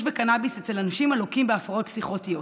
בקנביס אצל אנשים הלוקים בהפרעות פסיכוטיות.